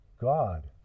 God